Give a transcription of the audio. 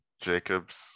Jacobs